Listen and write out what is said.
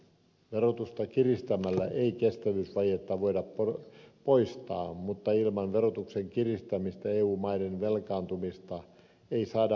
verotusta kiristämällä ei kestävyysvajetta voida poistaa mutta ilman verotuksen kiristämistä eu maiden velkaantumista ei saada hallintaan